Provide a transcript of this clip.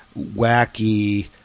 wacky